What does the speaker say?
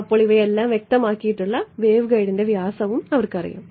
അതിനാൽ ഇവയെല്ലാം വ്യക്തമാക്കിയിട്ടുള്ള വേവ്ഗൈഡിൻ്റെ വ്യാസം അവർക്കറിയാം